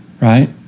right